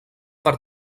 per